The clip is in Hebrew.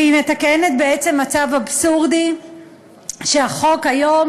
והיא מתקנת בעצם מצב אבסורדי שהחוק היום